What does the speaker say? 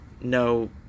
No